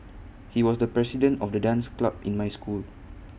he was the president of the dance club in my school